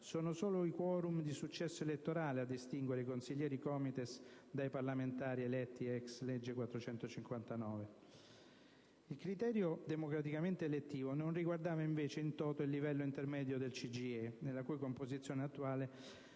sono solo i *quorum* di successo elettorale a distinguere i consiglieri COMITES dai parlamentari eletti *ex lege* n. 459 del 2001. Il criterio democraticamente elettivo non riguardava invece *in toto* il livello intermedio del CGIE, nella cui composizione attuale